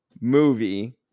movie